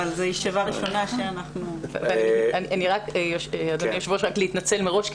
אבל זו ישיבה ראשונה שאנחנו --- אדוני היו"ר רק להתנצל מראש,